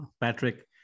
Patrick